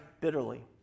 bitterly